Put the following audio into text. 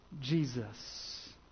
Jesus